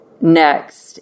next